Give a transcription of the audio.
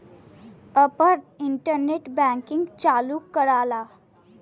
आपन internet banking चालू कराला